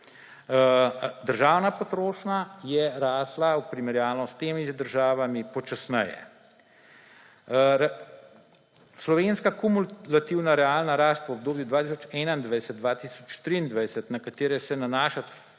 Državna potrošnja je rasla v primerjalno s temi državami počasneje. Slovenska kumulativna realna rast v obdobju 2021–2023, na katere se nanašata